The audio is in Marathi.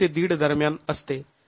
५ दरम्यान असते